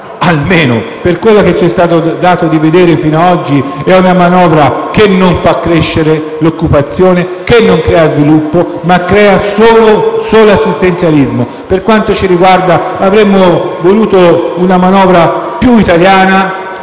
questa, per quello che c'è stato dato di vedere fino ad oggi, è una manovra che non fa crescere l'occupazione, che non crea sviluppo, ma crea solo assistenzialismo. Per quanto ci riguarda, avremmo voluto una manovra più italiana,